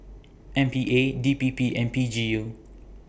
M P A D P P and P G U